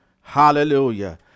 Hallelujah